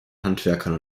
handwerkern